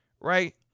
right